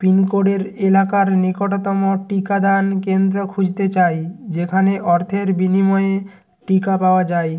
pin কোডের এলাকার নিকটতম টিকাদান কেন্দ্র খুঁজতে চাই যেখানে অর্থের বিনিময়ে টিকা পাওয়া যায়